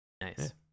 Nice